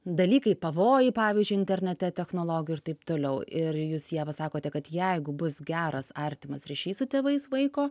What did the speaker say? dalykai pavojai pavyzdžiui internete technologijų ir taip toliau ir jūs ieva sakote kad jeigu bus geras artimas ryšys su tėvais vaiko